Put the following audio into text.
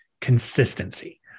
consistency